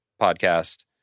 podcast